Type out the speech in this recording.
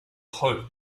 hope